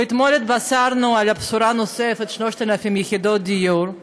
ואתמול התבשרנו בשורה נוספת, 3,000 יחידות דיור.